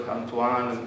Antoine